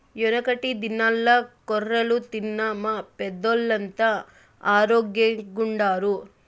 యెనకటి దినాల్ల కొర్రలు తిన్న మా పెద్దోల్లంతా ఆరోగ్గెంగుండారు